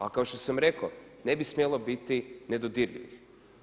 Ali kao što sam rekao ne bi smjelo biti nedodirljivih.